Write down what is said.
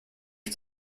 ich